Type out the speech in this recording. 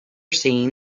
seen